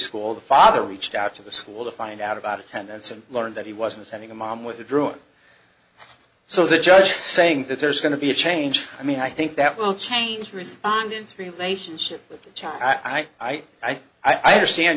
school the father reached out to the school to find out about attendance and learned that he wasn't having a mom with a drone so the judge saying that there's going to be a change i mean i think that will change respondents relationship with the child i i i i i understand